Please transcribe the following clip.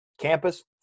Campus